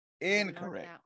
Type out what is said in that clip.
incorrect